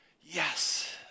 yes